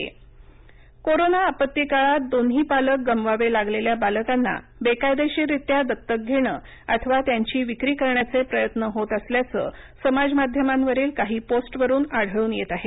अनाथ बालकं कोरोना आपत्ती काळात दोन्ही पालक गमवावे लागलेल्या बालकांना बेकायदेशीररित्या दत्तक घेण अथवा त्यांची विक्री करण्याचे प्रयत्न होत असल्याचं समाजमाध्यमांवरील काही पोस्टवरुन आढळून येत आहे